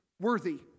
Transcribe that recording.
Worthy